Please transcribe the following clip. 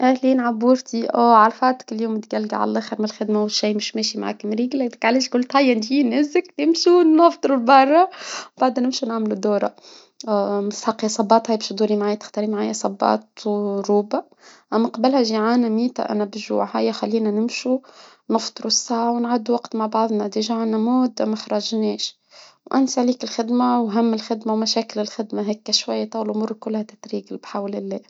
اهلين عبود عرفاتك اليوم متقلقة عاللخر من الخدمة والشاي مش ماشي معاك مريقلة، علاش قلت هيا نجي نهزك نمشيو نفطرو لبرا، بعدا نمشيو نعملو دورة، تشدو لي معايا تختاري معايا صباط، من قبلها جيعانة ميتة أنا بالجوع، هايا خلينا نمشو رشفة ونعد وقت مع بعضنا رجعنا مدة مخرجناش، الخدمة وهم الخدمة ومشاكل الخدمة هكا شوية يطول امورك كلها بحول الله.